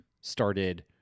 started